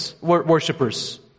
worshippers